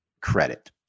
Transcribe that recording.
credit